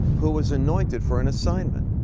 who was anointed for an assignment.